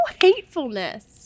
hatefulness